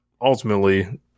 ultimately